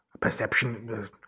perception